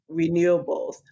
renewables